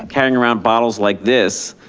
carrying around bottles like this